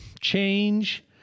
change